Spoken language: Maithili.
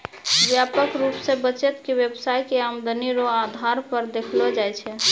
व्यापक रूप से बचत के व्यवसाय के आमदनी रो आधार पर देखलो जाय छै